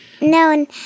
No